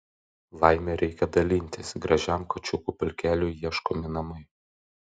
laime reikia dalintis gražiam kačiukų pulkeliui ieškomi namai